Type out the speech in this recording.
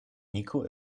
niko